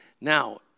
Now